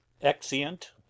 Exeunt